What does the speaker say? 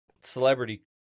celebrity